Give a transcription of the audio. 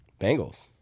Bengals